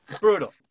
brutal